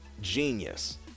genius